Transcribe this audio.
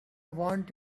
want